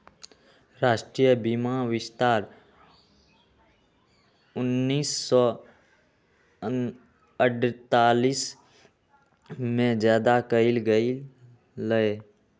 राष्ट्रीय बीमा विस्तार उन्नीस सौ अडतालीस में ज्यादा कइल गई लय